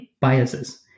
biases